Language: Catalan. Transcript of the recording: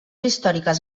històriques